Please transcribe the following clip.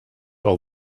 all